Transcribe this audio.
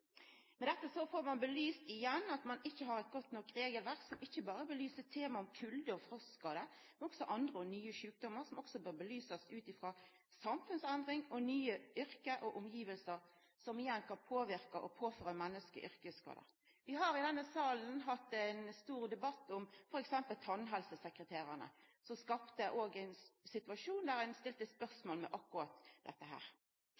Med dette får ein igjen belyst at ein ikkje har eit godt nok regelverk – eit regelverk som ikkje berre belyser temaet kulde og frostskadar, men også andre og nye sjukdommar som bør belysast ut frå samfunnsendringar og nye yrke og omgivnader, som igjen kan påverka og påføra menneske yrkesskadar. Vi har i denne salen hatt ein stor debatt m.a. om tannhelsesekretærane, som òg skapte ein situasjon der ein stilte spørsmål ved akkurat dette.